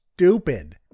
Stupid